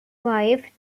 wife